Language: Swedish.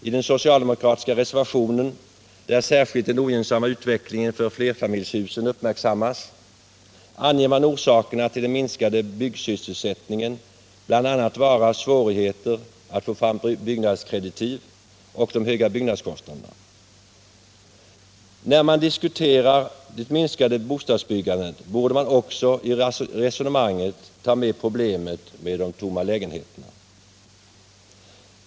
I den socialdemokratiska reservationen, där särskilt den ogynnsamma utvecklingen för flerfamiljshusen uppmärksammas, anger man orsakerna till den minskade byggsysselsättningen vara bl.a. svårigheterna att få fram byggnadskreditiv och de höga byggnadskostnaderna. När man diskuterar det minskade bostadsbyggandet borde man också i resonemanget ta med problemet med de tomma lägenheterna.